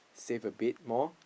save a bit more